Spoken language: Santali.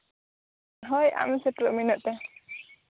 ᱦᱳᱭ ᱟᱢ ᱥᱟᱹᱛᱚᱜ ᱢᱮ ᱤᱱᱟᱹᱜ ᱛᱮ